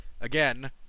again